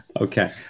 Okay